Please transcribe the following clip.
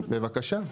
בבקשה.